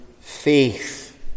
faith